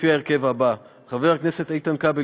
בהרכב הזה: חבר הכנסת איתן כבל,